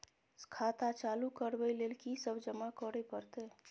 खाता चालू करबै लेल की सब जमा करै परतै?